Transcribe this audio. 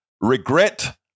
regret